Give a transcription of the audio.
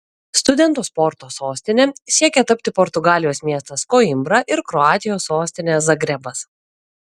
studentų sporto sostine siekia tapti portugalijos miestas koimbra ir kroatijos sostinė zagrebas